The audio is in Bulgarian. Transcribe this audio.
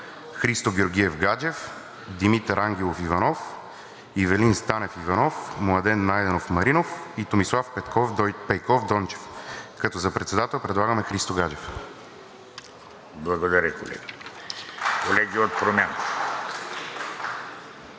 Христо Георгиев Гаджев, Димитър Ангелов Иванов, Ивелин Статев Иванов, Младен Найденов Маринов и Томислав Пейков Дончев, като за председател предлагаме Христо Гаджев. (Ръкопляскания от ГЕРБ-СДС.)